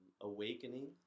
awakening